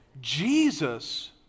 Jesus